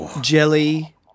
jelly